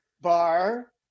bar